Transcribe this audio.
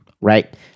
right